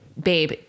Babe